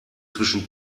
zwischen